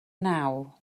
naw